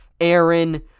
Aaron